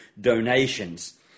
donations